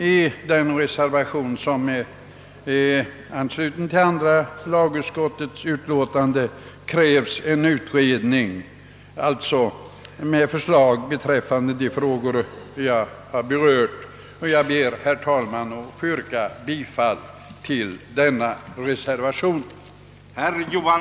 I den reservation, som är fogad till andra lagutskottets utlåtande nr 5, begärs en utredning med förslag beträffande de frågor som jag här har berört. Jag ber, herr talman, att få yrka bifall till denna reservation.